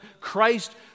Christ